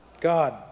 God